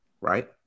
right